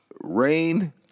Rain